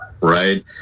right